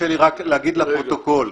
רק להגיד לפרוטוקול,